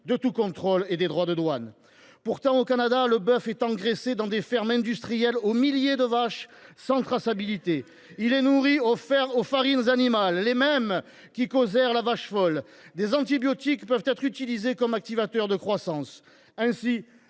de tout contrôle et de droits de douane. Pourtant, au Canada, le bœuf est engraissé dans des fermes industrielles aux milliers de vaches, sans traçabilité. Il est nourri aux farines animales, les mêmes qui causèrent la vache folle. Des antibiotiques peuvent être utilisés comme activateurs de croissance.